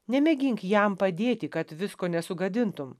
nemėgink jam padėti kad visko nesugadintum